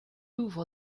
ouvre